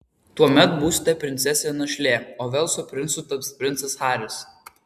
tuomet būsite princesė našlė o velso princu taps princas haris